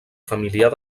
familiar